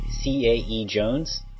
C-A-E-Jones